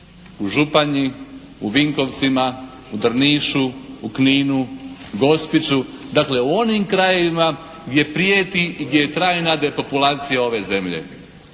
u Županji, u Vinkovcima, u Drnišu, u Kninu, Gospiću, dakle u onim krajevima gdje prijeti, gdje je trajna depopulacija ove zemlje.